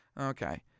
Okay